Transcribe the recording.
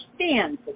stands